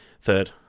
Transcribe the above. third